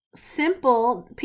simple